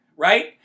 right